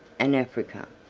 and africa.